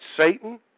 Satan